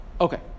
Okay